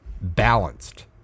balanced